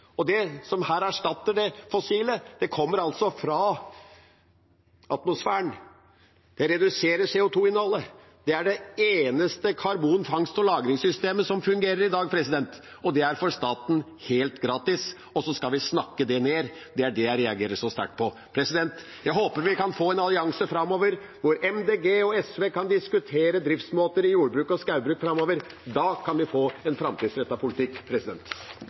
karbonfangst og -lagring som fungerer i dag – og det er helt gratis for staten. Så snakker man det ned, og det reagerer jeg sterkt på. Jeg håper at vi kan få en allianse hvor Miljøpartiet De Grønne og SV kan diskutere driftsmåter i jordbruket og skogbruket framover. Da kan vi få en framtidsrettet politikk.